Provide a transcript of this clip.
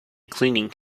cleaning